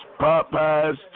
Popeyes